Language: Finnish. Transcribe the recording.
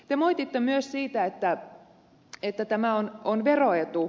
te moititte myös sitä että tämä on veroetu